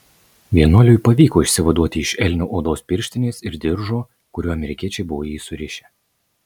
vienuoliui pavyko išsivaduoti iš elnio odos pirštinės ir diržo kuriuo amerikiečiai buvo jį surišę